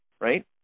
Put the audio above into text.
right